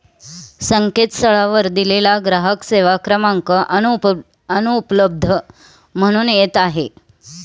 संकेतस्थळावर दिलेला ग्राहक सेवा क्रमांक अनुपलब्ध म्हणून येत आहे